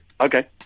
Okay